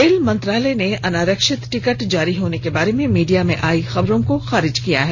rail मंत्रालय ने अनारक्षित टिकट जारी होने के बारे में मीडिया में आई खबरों को खारिज कर दिया है